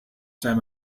time